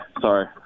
sorry